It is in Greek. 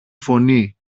φωνή